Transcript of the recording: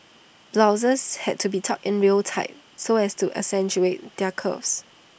blouses had to be tucked in real tight so as to accentuate their curves